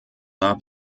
war